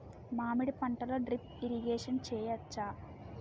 మామిడి పంటలో drip irrigation చేయచ్చా?